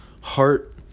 heart